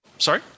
Sorry